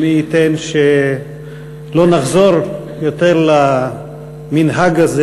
ומי ייתן שלא נחזור יותר למנהג הזה,